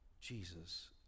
Jesus